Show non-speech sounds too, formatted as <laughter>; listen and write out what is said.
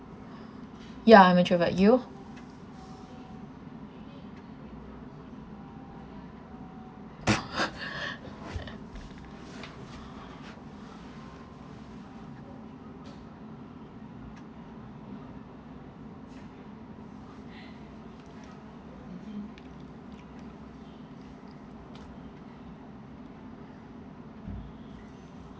ya I'm introvert you <laughs>